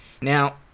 Now